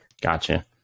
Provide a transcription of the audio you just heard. Gotcha